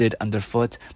underfoot